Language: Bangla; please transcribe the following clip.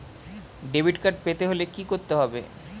ডেবিটকার্ড পেতে হলে কি করতে হবে?